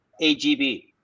AGB